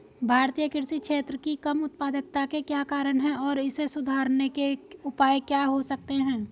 भारतीय कृषि क्षेत्र की कम उत्पादकता के क्या कारण हैं और इसे सुधारने के उपाय क्या हो सकते हैं?